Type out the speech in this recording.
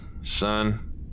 Son